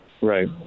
Right